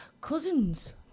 Cousins